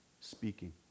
speaking